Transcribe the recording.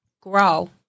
Grow